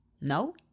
No